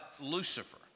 Lucifer